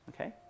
Okay